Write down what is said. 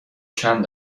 چند